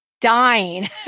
Dying